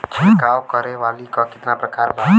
छिड़काव करे वाली क कितना प्रकार बा?